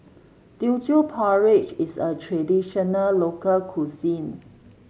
Teochew Porridge is a traditional local cuisine